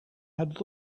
had